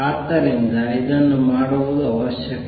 ಆದ್ದರಿಂದ ಇದನ್ನು ಮಾಡುವುದು ಅವಶ್ಯಕ